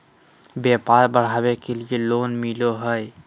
व्यापार बढ़ावे के लिए लोन मिलो है?